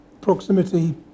proximity